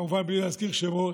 כמובן בלי להזכיר שמות,